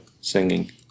singing